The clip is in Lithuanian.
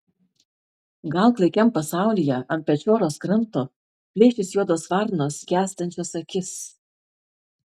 gal klaikiam pasaulyje ant pečioros kranto plėšys juodos varnos gęstančias akis